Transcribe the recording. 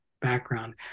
background